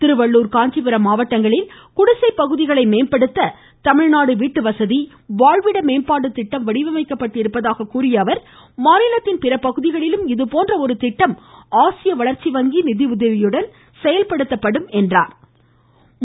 திருவள்ளூர் காஞ்சிபுரம் மாவட்டங்களில் குடிசைப் பகுதிகளை மேம்படுத்த தமிழ்நாடு வீட்டுவசதி வாழ்விட மேம்பாட்டுத் திட்டம் வடிவமைக்கப்பட்டிருப்பதாகக் கூறிய அவர் மாநிலத்தின் பிற பகுதிகளிலும் இதுபோன்ற ஒரு திட்டம் ஆசிய வளர்ச்சி வங்கி நிதியுதவியுடன் செயல்படுத்தப்படும் என்று குறிப்பிட்டார்